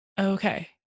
Okay